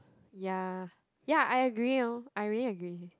ya ya I agree orh I really agree